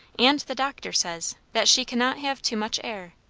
and the doctor says, that she cannot have too much air.